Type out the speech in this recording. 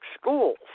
schools